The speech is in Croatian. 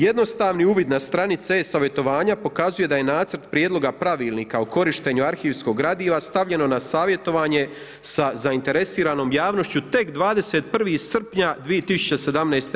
Jednostavni uvid na strani C savjetovanja pokazuje da je nacrt prijedloga Pravilnika o korištenju arhivskog gradiva stavljeno na savjetovanje sa zainteresiranom javnošću tek 21. srpnja 2017.